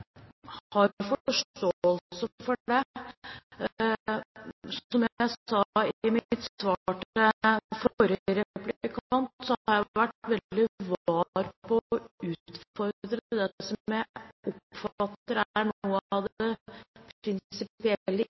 sa i mitt svar til forrige replikant, har jeg vært veldig var på å utfordre det som jeg oppfatter er noe av det prinsipielle i